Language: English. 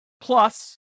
Plus